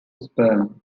sperm